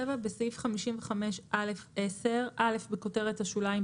בסעיף 55א10 בכותרת השוליים,